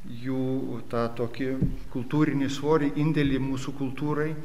jų tą tokį kultūrinį svorį indėlį mūsų kultūrai